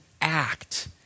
act